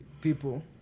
People